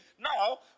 Now